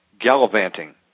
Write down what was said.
gallivanting